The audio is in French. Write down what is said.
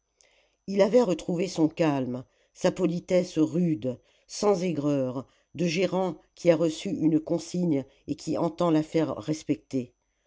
il avait retrouvé son calme sa politesse rude sans aigreur de gérant qui a reçu une consigne et qui entend